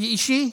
פי אישי?